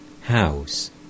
house